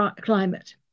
Climate